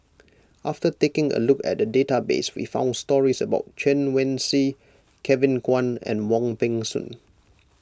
after taking a look at the database we found stories about Chen Wen Hsi Kevin Kwan and Wong Peng Soon